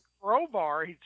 crowbar